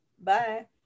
bye